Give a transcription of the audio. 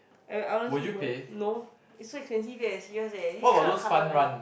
I I honestly won't no it's so expensive eh serious eh this kind of colour run